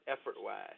Effort-wise